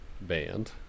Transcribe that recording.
band